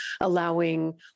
allowing